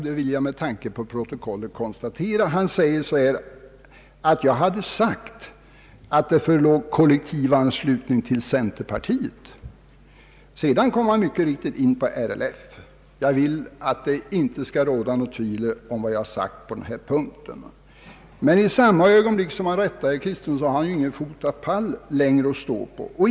Det vill jag med tanke på protokollet konstatera. Jag skulle ha sagt att det förelåg kollektivanslutning till centerpartiet — sedan kom han mycket riktigt in på RLF. Jag vill att det inte skall råda något tvivel om vad jag sagt på denna punkt. Men i samma ögonblick som jag rättar herr Kristiansson har han inte längre någon fotapall att stå på.